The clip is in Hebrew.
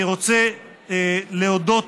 אני רוצה להודות